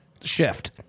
shift